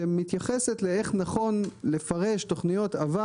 שמתייחסת לאיך נכון לפרש תוכניות עבר